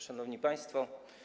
Szanowni Państwo!